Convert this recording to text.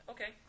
Okay